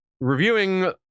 reviewing